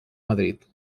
madrid